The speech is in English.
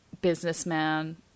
businessman